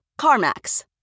CarMax